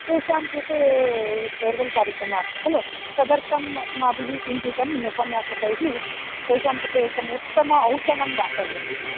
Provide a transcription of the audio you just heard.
तेषां कृते फ़ेर्वेल् कार्यक्रमः अस्ति खलु तदर्थम् अस्माभिः चिन्तितं उपन्यासकैः तेषां कृते एकम् उत्तम औतणं दातव्यम् इति